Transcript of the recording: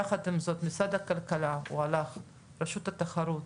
יחד עם זאת משרד הכלכלה, הוא הלך, רשות התחרות,